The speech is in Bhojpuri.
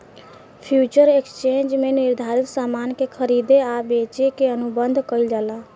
फ्यूचर एक्सचेंज में निर्धारित सामान के खरीदे आ बेचे के अनुबंध कईल जाला